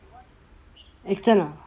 external